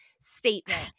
statement